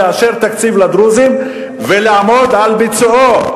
לאשר תקציב לדרוזים ולעמוד על ביצועו.